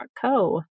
Co